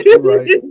right